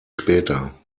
später